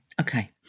Okay